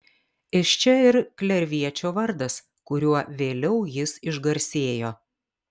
iš čia ir klerviečio vardas kuriuo vėliau jis išgarsėjo